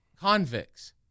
convicts